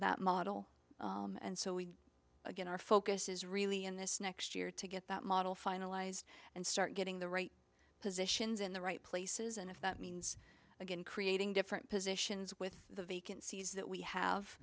that model and so we again our focus is really in this next year to get that model finalized and start getting the right positions in the right places and if that means again creating different positions with the vacancies that we have